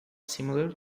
similar